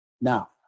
Now